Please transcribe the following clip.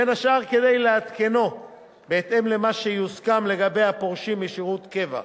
בין השאר כדי לעדכנו בהתאם למה שיוסכם לגבי הפורשים משירות קבע.